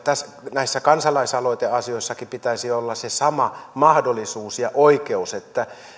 näissä kansalaisaloiteasioissakin pitäisi olla se sama mahdollisuus ja oikeus että